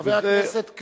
חבר הכנסת,